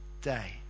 day